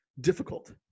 difficult